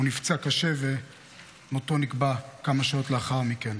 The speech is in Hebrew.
הוא נפצע קשה ומותו נקבע כמה שעות לאחר מכן,